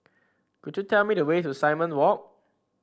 could you tell me the way to Simon Walk